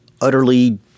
utterly